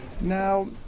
Now